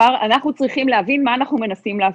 מה אנחנו מנסים לעשות.